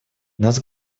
нас